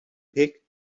pick